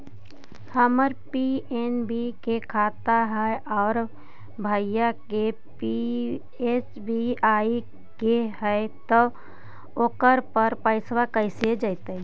हमर पी.एन.बी के खाता है और भईवा के एस.बी.आई के है त ओकर पर पैसबा कैसे जइतै?